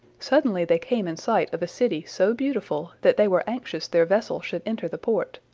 suddenly they came in sight of a city so beautiful that they were anxious their vessel should enter the port.